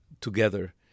together